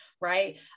right